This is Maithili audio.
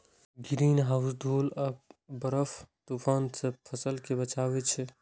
ग्रीनहाउस धूल आ बर्फक तूफान सं फसल कें बचबै छै